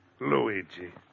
Luigi